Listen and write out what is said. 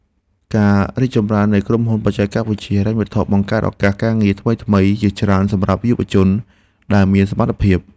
ការរីកចម្រើននៃក្រុមហ៊ុនបច្ចេកវិទ្យាហិរញ្ញវត្ថុបង្កើតឱកាសការងារថ្មីៗជាច្រើនសម្រាប់យុវជនដែលមានសមត្ថភាព។